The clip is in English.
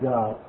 God